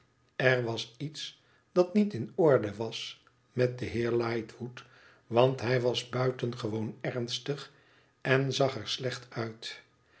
r was iets dat niet in orde was met den heer lightwood want hij was buitengewoon ernstig en zag er slecht uit